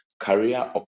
Career